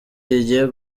rigiye